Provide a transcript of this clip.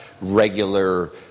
regular